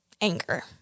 anger